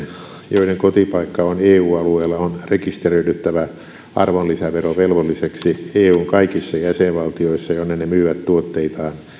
joiden kotipaikka on eu alueella on rekisteröidyttävä arvonlisäverovelvollisiksi eun kaikissa jäsenvaltioissa jonne ne myyvät tuotteitaan